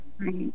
Right